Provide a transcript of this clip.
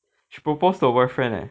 she proposed to her boyfriend leh